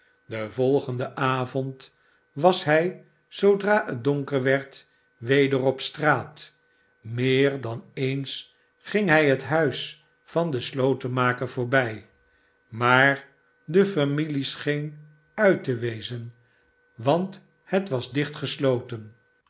den volgenden avond was hij zoodra het donker werd weder op straat meer dan eens ging hij het huis van den slotenmaker voorbij maar de familie scheen uit te wezen want het was